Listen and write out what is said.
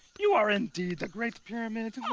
you are indeed a great pyramid.